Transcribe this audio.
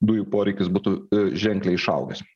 dujų poreikis būtų ženkliai išaugęs